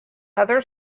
other